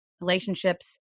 Relationships